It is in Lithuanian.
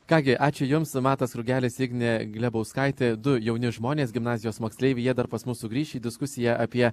ką gi ačiū jums matas rugelis ignė glebauskaitė du jauni žmonės gimnazijos moksleiviai jie dar pas mus sugrįš į diskusiją apie